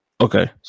Okay